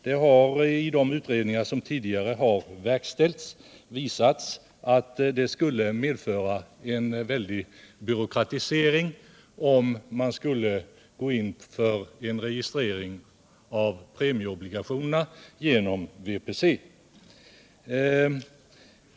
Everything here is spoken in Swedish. Dessa utredningar har visat att ett införande av ett system med registrering av premieobligationer genom VPC skulle få en starkt byråkratiserande effekt.